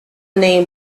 name